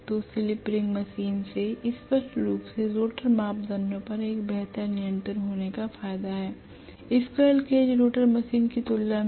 तो slip ring machine से स्पष्ट रूप से रोटर मापदंडों पर एक बेहतर नियंत्रण होने का फायदा है स्क्वीररेल केज रोटर मशीन की तुलना में